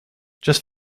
just